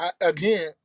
again